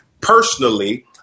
personally